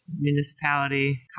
municipality